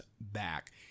back